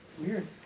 Weird